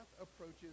approaches